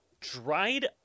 Dried